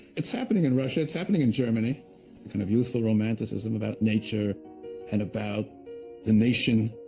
it's happening in russia, it's happening in germany, the kind of youthful romanticism about nature and about the nation,